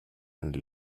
and